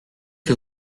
que